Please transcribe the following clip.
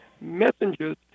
messengers